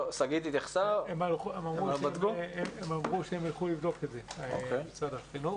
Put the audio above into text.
הם אמרו שיבדקו את זה ברצינות.